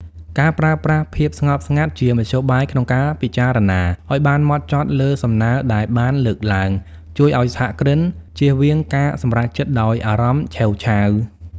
ការប្រើប្រាស់ "ភាពស្ងប់ស្ងាត់" ជាមធ្យោបាយក្នុងការពិចារណាឱ្យបានហ្មត់ចត់លើសំណើដែលបានលើកឡើង ជួយឱ្យសហគ្រិនជៀសវាងការសម្រេចចិត្តដោយអារម្មណ៍ឆេវឆាវ។